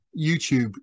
YouTube